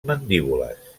mandíbules